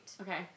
Okay